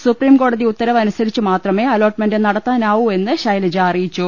സുപ്രിംകോടതി ഉത്തരവ് അനുസരിച്ച് മാത്രമേ അലോട്ട്മെന്റ് നട ത്താനാവൂ എന്ന് ശൈലജ അറിയിച്ചു